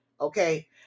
okay